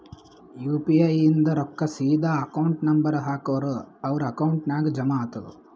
you P I ಇಂದ್ ರೊಕ್ಕಾ ಸೀದಾ ಅಕೌಂಟ್ ನಂಬರ್ ಹಾಕೂರ್ ಅವ್ರ ಅಕೌಂಟ್ ನಾಗ್ ಜಮಾ ಆತುದ್